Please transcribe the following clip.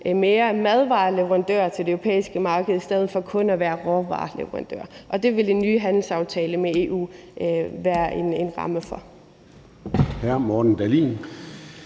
mere madvareleverandør til det europæiske marked i stedet for kun at være råvareleverandør, og det vil den nye handelsaftale med EU være en ramme for.